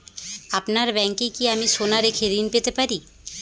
আপনার ব্যাংকে কি আমি সোনা রেখে ঋণ পেতে পারি?